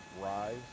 rise